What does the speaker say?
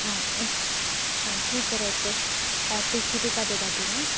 हा एस् आं स्वीकरोतु टिकिटिका ददाति वा